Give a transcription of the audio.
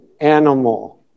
animal